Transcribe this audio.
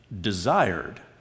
desired